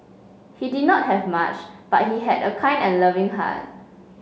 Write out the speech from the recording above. he did not have much but he had a kind and loving heart